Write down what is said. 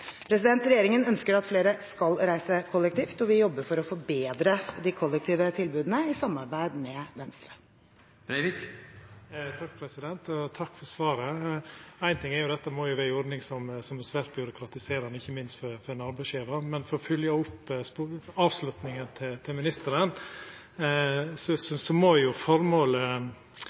Regjeringen ønsker at flere skal reise kollektivt, og vi jobber for å forbedre kollektivtilbudet, i samarbeid med Venstre. Takk for svaret. Ein ting er jo at dette må vera ei ordning som er svært byråkratiserande, ikkje minst for ein arbeidsgjevar. Men for å følgja opp avslutninga til ministeren: Formålet med å la tilsette få tilgang på rabatterte billettar må